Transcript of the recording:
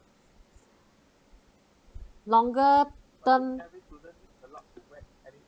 longer term